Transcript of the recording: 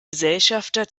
gesellschafter